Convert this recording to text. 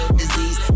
disease